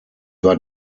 war